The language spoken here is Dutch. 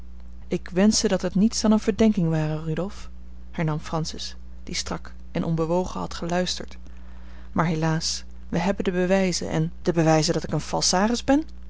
ik wenschte dat het niets dan eene verdenking ware rudolf hernam francis die strak en onbewogen had geluisterd maar helaas wij hebben de bewijzen en de bewijzen dat ik een falsaris ben